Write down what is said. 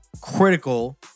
critical